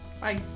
Bye